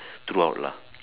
throughout lah